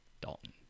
Dalton